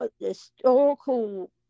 historical